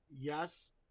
Yes